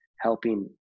helping